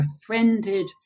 befriended